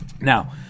Now